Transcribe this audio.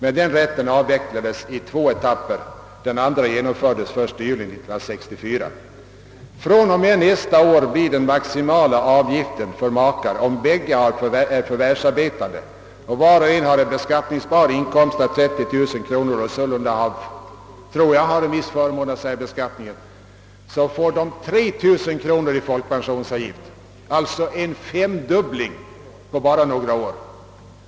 Avdragsrätten blev avvecklad i två etapper, av vilka den andra genomfördes 1 juli 1964. var och en har en beskattningsbar inkomst av 30 000 kronor och sålunda har en viss fördel av särbeskattningen, 3 000 kronor, alltså en femdubbling på bara några år.